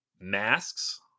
Masks